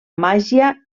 màgia